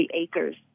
acres